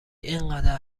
اینقدر